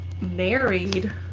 Married